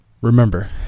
Remember